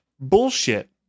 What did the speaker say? Bullshit